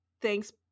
Thanks